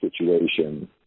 Situation